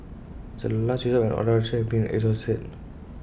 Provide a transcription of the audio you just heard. it's A last resort when all other options have been exhausted